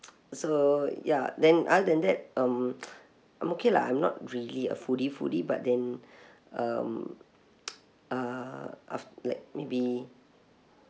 so ya then other than that um I'm okay lah I'm not really a foodie foodie but then um uh af~ like maybe